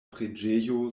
preĝejo